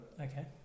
Okay